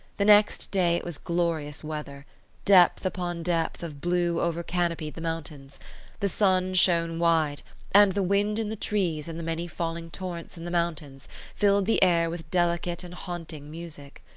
the next day it was glorious weather depth upon depth of blue over-canopied the mountains the sun shone wide and the wind in the trees and the many falling torrents in the mountains filled the air with delicate and haunting music.